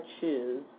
choose